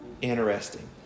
interesting